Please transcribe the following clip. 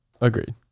Agreed